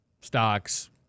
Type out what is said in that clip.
stocks